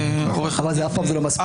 אבל אף פעם זה לא מספיק.